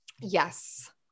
Yes